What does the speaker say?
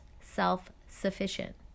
self-sufficient